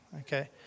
Okay